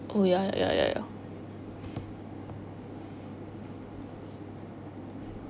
oh ya ya ya ya ya